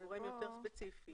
גורם יותר ספציפי.